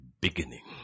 beginning